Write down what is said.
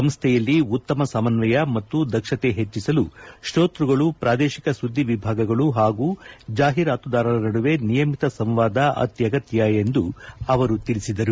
ಸಂಸ್ಥೆಯಲ್ಲಿ ಉತ್ತಮ ಸಮನ್ನಯ ಮತ್ತು ದಕ್ಷತೆ ಹೆಚ್ಚಿಸಲು ಶ್ರೋತೃಗಳು ಪ್ರಾದೇಶಿಕ ಸುದ್ದಿ ವಿಭಾಗಗಳು ಹಾಗೂ ಜಾಹಿರಾತುದಾರರ ನಡುವೆ ನಿಯಮಿತ ಸಂವಾದ ಅತ್ಯಗತ್ಯ ಎಂದು ಅವರು ತಿಳಿಸಿದರು